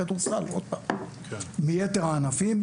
זה כדורסל ביתר הענפים.